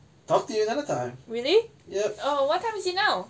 talk to you another time relay ya oh what time you know